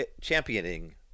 championing